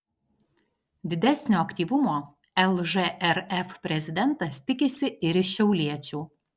didesnio aktyvumo lžrf prezidentas tikisi ir iš šiauliečių